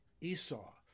Esau